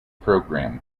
program